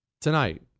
tonight